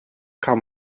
kann